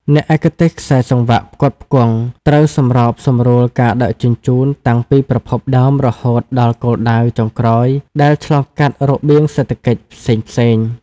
អ្នកឯកទេសខ្សែសង្វាក់ផ្គត់ផ្គង់ ត្រូវសម្របសម្រួលការដឹកជញ្ជូនតាំងពីប្រភពដើមរហូតដល់គោលដៅចុងក្រោយដែលឆ្លងកាត់របៀងសេដ្ឋកិច្ចផ្សេងៗ។